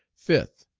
fifth.